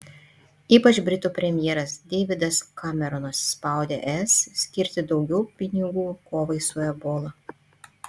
ypač britų premjeras deividas kameronas spaudė es skirti daugiau pinigų kovai su ebola